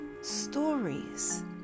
stories